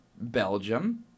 Belgium